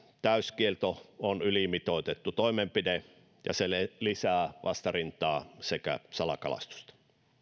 täyskielto on ylimitoitettu toimenpide ja se lisää vastarintaa sekä salakalastusta